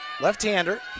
Left-hander